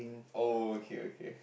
oh okay okay